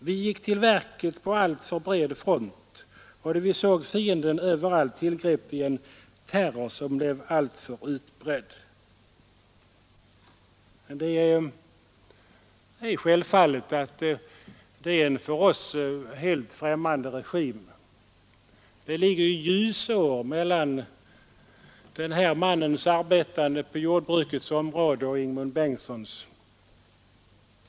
Vi gick till verket på alltför bred front och då vi såg fiender överallt tillgrep vi en terror som blev alltför utbredd.” Det är självfallet att detta måste vara en för oss helt främmande regim. Det ligger ljusår mellan denne mans arbete på jordbrukets område och vår Ingemund Bengtssons.